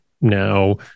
now